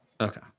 Okay